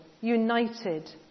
united